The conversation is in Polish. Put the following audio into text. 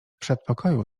przedpokoju